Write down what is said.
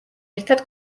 ერთად